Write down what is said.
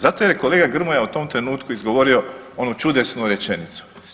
Zato jer je kolega Grmoja u tom trenutku izgovorio onu čudesnu rečenicu.